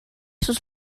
sus